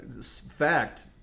fact